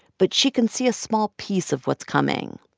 but she can see a small piece of what's coming.